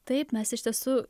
taip mes iš tiesų